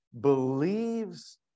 believes